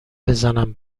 بزنم